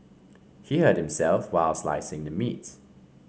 he hurt himself while slicing the meat